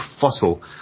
fossil